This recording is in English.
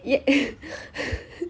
ya